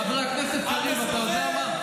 חבר הכנסת קריב, אתה יודע מה?